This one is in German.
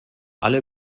alle